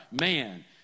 man